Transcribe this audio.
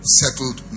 settled